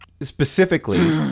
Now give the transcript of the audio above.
Specifically